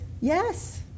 Yes